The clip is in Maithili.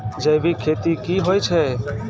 जैविक खेती की होय छै?